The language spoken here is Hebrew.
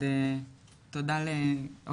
לא קשה להגיע, אבל